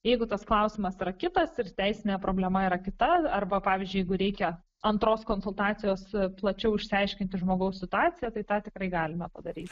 jeigu tas klausimas yra kitas ir teisinė problema yra kita arba pavyzdžiui jeigu reikia antros konsultacijos plačiau išsiaiškinti žmogaus situaciją tai tą tikrai galima daryti